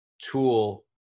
tool